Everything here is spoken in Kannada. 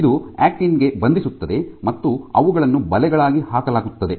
ಅದು ಆಕ್ಟಿನ್ ಗೆ ಬಂಧಿಸುತ್ತದೆ ಮತ್ತು ಅವುಗಳನ್ನು ಬಲೆಗಳಾಗಿ ಹಾಕಲಾಗುತ್ತದೆ